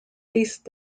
feast